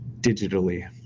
digitally